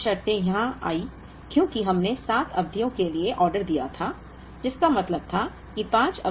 5 शर्तें यहां आईं क्योंकि हमने 7 अवधियों के लिए ऑर्डर दिया था जिसका मतलब था कि 5 अवधियों की मांग है